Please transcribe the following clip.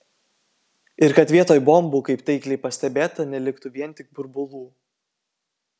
ir kad vietoj bombų kaip taikliai pastebėta neliktų vien tik burbulų